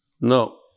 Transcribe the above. No